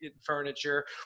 furniture